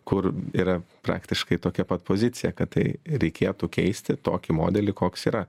kur yra praktiškai tokia pat pozicija kad tai reikėtų keisti tokį modelį koks yra